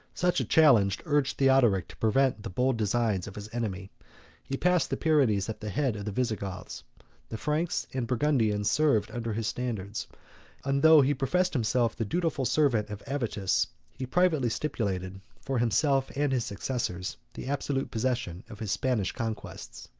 such a challenge urged theodoric to prevent the bold designs of his enemy he passed the pyrenees at the head of the visigoths the franks and burgundians served under his standard and though he professed himself the dutiful servant of avitus, he privately stipulated, for himself and his successors, the absolute possession of his spanish conquests.